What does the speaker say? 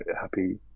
happy